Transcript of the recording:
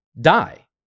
die